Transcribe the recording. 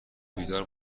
بیدار